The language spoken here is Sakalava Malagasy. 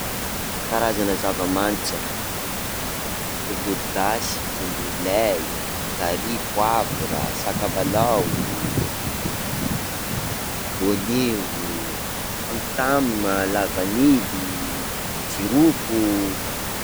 Karazana zavamanitra: tongolo gasy, tongolo lay, carry, poivre, sakamalao, voanio, tamotam, la vanille, jirofo.